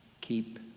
keep